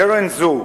קרן זו,